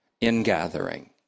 ingathering